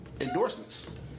endorsements